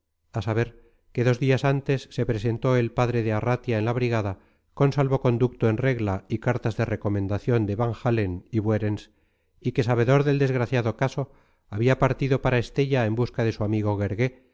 a saber que dos días antes se presentó el padre de arratia en la brigada con salvoconducto en regla y cartas de recomendación de van-halen y buerens y que sabedor del desgraciado caso había partido para estella en busca de su amigo guergué